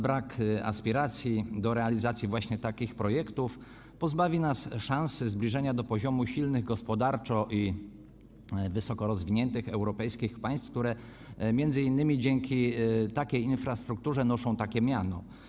Brak aspiracji do realizacji właśnie takich projektów pozbawi nas szansy zbliżenia do poziomu silnych gospodarczo i wysoko rozwiniętych europejskich państw, które m.in. dzięki takiej infrastrukturze noszą takie miano.